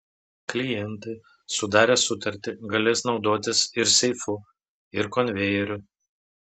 klientai sudarę sutartį galės naudotis ir seifu ir konvejeriu